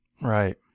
Right